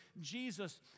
Jesus